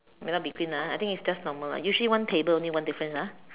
might not be clean ah I think it's just normal ah usually one table only one difference ah